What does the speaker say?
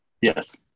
Yes